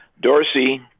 Dorsey